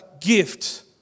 gift